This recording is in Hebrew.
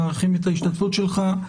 אנחנו מעריכים את ההשתתפות שלך.